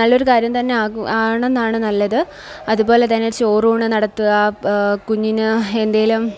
നല്ലൊരു കാര്യം തന്നെയാണെന്നാണ് നല്ലത് അതുപോലെത്തന്നെ ചോറൂണ് നടത്തുക കുഞ്ഞിന് എന്തെങ്കിലും